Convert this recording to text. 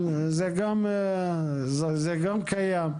אבל גם זה קיים.